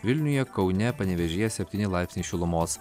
vilniuje kaune panevėžyje septyni laipsniai šilumos